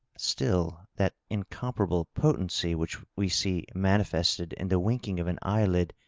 still, that incomparable potency which we see manifested in the wink ing of an eyelid,